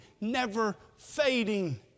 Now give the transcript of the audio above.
never-fading